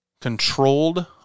Controlled